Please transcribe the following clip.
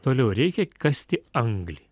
toliau reikia kasti anglį